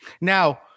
Now